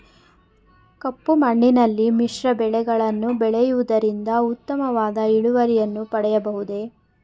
ಕಪ್ಪು ಮಣ್ಣಿನಲ್ಲಿ ಮಿಶ್ರ ಬೆಳೆಗಳನ್ನು ಬೆಳೆಯುವುದರಿಂದ ಉತ್ತಮವಾದ ಇಳುವರಿಯನ್ನು ಪಡೆಯಬಹುದೇ?